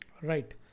Right